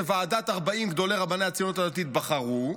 שוועדת 40 גדולי רבני הציונות הדתית בחרו,